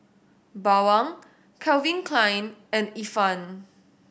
Bawang Calvin Klein and Ifan